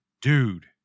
dude